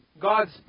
God's